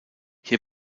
hier